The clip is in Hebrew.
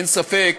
אין ספק